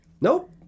Nope